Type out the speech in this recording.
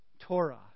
Torah